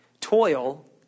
Toil